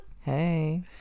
hey